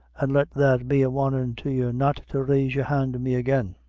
an' let that be a warnin' to you not to raise your hand to me again.